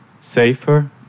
safer